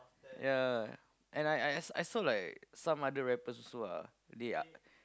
ya and I I I I saw like some other rappers also ah they are